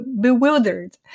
bewildered